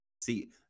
See